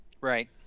Right